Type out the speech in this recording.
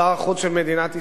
שר החוץ של מדינת ישראל,